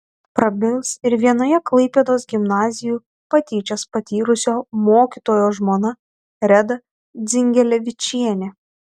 prabils ir vienoje klaipėdos gimnazijų patyčias patyrusio mokytojo žmona reda dzingelevičienė